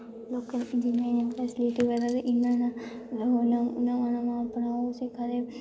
लोकें दे जियां जियां फैसलिटी बधा दी इ'यां इ'यां हून हून अपने ओह् सिक्खा दे